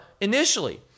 initially